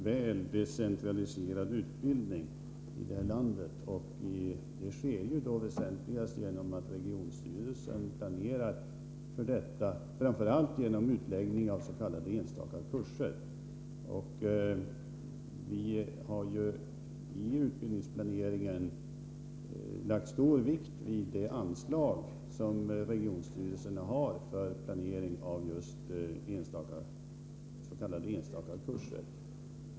Fru talman! Vi har en väl decentraliserad utbildning i det här landet. Den decentraliseringen sker väsentligast genom att regionstyrelserna planerar för detta, framför allt genom utläggning av s.k. enstaka kurser. I utbildningsplaneringen har vi lagt stor vikt vid det anslag som regionstyrelserna har för planeringen av enstaka kurser.